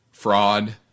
fraud